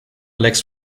lacks